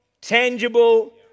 tangible